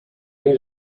need